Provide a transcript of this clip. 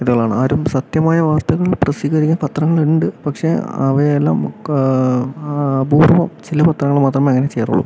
ഇത്കളാണ് ആരും സത്യമായ വാർത്തകൾ പ്രസിദ്ധീകരിക്കാൻ പത്രങ്ങൾ ഉണ്ട് പക്ഷെ അവയെല്ലാം അപൂർവ്വം ചില പത്രങ്ങൾ മാത്രമേ അങ്ങനെ ചെയ്യാറുള്ളൂ